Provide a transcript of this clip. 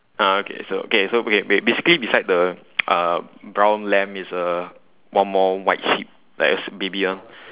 uh okay so okay so okay ba~ basically beside the uh brown lamb is a one more white sheep like is baby one